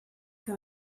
que